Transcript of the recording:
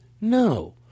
No